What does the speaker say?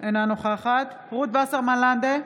אינה נוכחת רות וסרמן לנדה,